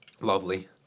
Lovely